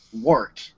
work